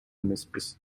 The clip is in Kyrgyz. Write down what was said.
эмеспиз